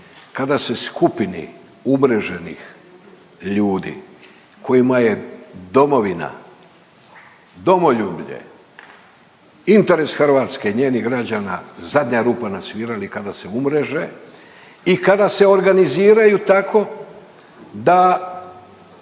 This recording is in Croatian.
Kada se skupini umreženih ljudi kojima je Domovina, domoljublje, interes Hrvatske, njenih građana zadnja rupa na svirali kada se umreže i kada se organiziraju tako da